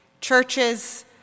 Churches